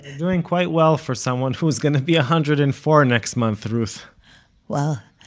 doing quite well for someone who's going to be a hundred and four next month, ruth well,